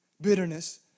Bitterness